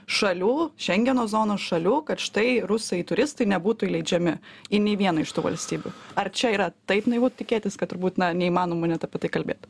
šalių šengeno zonos šalių kad štai rusai turistai nebūtų įleidžiami į nei vieną iš tų valstybių ar čia yra taip naivu tikėtis kad turbūt na neįmanoma net apie tai kalbėt